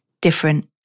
different